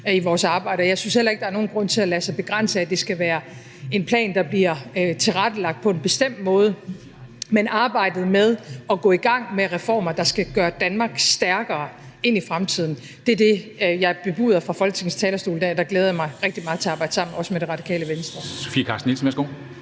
i vores arbejde. Og jeg synes heller ikke, der er nogen grund til at lade sig begrænse af, at det skal være en plan, der bliver tilrettelagt på en bestemt måde. Men arbejdet med at gå i gang med reformer, der skal føre Danmark stærkere ind i fremtiden, er det, jeg bebuder fra Folketingets talerstol i dag, og der glæder jeg mig rigtig meget til at arbejde sammen også med Det Radikale Venstre.